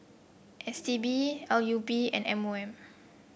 S T B L U P and M O M